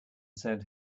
said